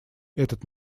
этот